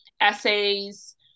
essays